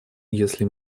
если